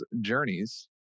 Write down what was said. Journeys